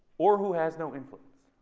or who has no influence